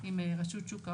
עם רשות שוק ההון,